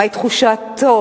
מהי תחושתו,